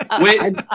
Wait